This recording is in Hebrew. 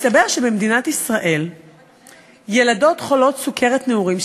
מסתבר שבמדינת ישראל ילדות חולות סוכרת נעורים,